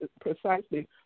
precisely